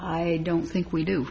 i don't think we do